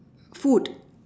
food